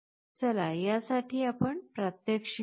चला यासाठी आपण प्रात्यक्षिक बघू